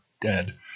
dead